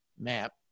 map